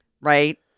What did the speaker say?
right